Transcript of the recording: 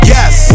Yes